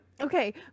okay